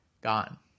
Gone